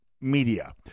media